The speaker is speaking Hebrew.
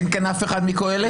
אין כאן אף אחד מקהלת?